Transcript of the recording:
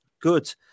good